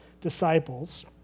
disciples